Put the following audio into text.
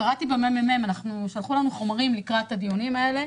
קראתי בממ"מ שלחו לנו חומרים לקראת הדיונים האלה.